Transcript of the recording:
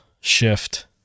shift